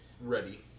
Ready